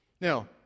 Now